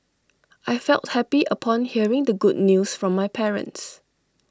I felt happy upon hearing the good news from my parents